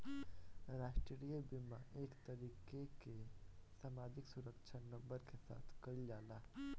राष्ट्रीय बीमा एक तरीके कअ सामाजिक सुरक्षा नंबर के साथ कइल जाला